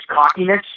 cockiness